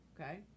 okay